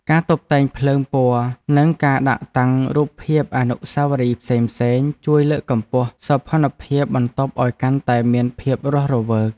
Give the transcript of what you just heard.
ការតុបតែងភ្លើងពណ៌និងការដាក់តាំងរូបភាពអនុស្សាវរីយ៍ផ្សេងៗជួយលើកកម្ពស់សោភ័ណភាពបន្ទប់ឱ្យកាន់តែមានភាពរស់រវើក។